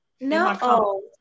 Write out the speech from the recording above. No